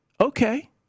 Okay